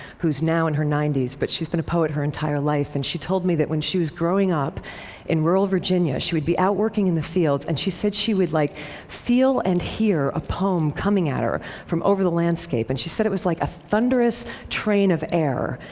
who's now in her ninety s, but she's been a poet her entire life and she told me that when she was growing up in rural virginia, she would be out working in the fields, and she said she would like feel and hear a poem coming at her from over the landscape. and she said it was like a thunderous train of air.